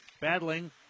Battling